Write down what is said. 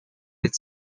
its